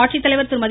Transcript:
ஆட்சித்தலைவர் திருமதி